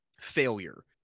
failure